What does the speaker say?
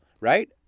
right